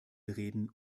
reden